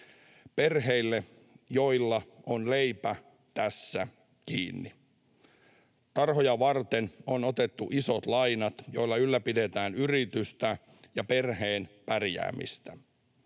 perheille, joilla on leipä tässä kiinni. Tarhoja varten on otettu isot lainat, joilla ylläpidetään yritystä ja perheen pärjäämistä.